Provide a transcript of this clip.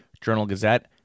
Journal-Gazette